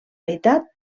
meitat